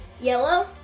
Yellow